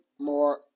more